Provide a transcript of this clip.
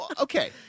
Okay